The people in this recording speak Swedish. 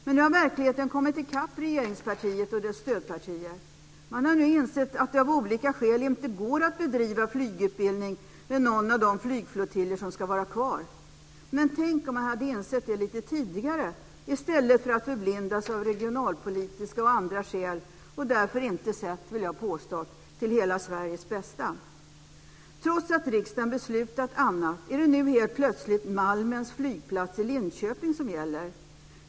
Men nu har verkligheten kommit ikapp regeringspartiet och dess stödpartier. Man har nu insett att det av olika skäl inte går att bedriva flygutbildning vid någon av de flygflottiljer som ska vara kvar. Tänk om man hade insett det lite tidigare! I stället förblindades man av regionalpolitiska och andra skäl och har därför inte sett, vill jag påstå, till hela Sveriges bästa. Trots att riksdagen har beslutat annat är det nu helt plötsligt Malmens flygplats i Linköping som gäller.